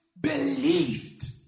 believed